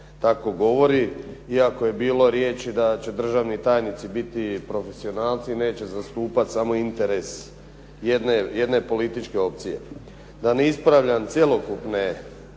tako govori, iako je bilo riječi da će državni tajnici biti profesionalci, neće zastupati samo interes jedne političke opcije. Da ne ispravljam cjelokupne navode